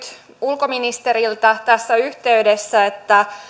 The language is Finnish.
ulkoministeriltä tässä yhteydessä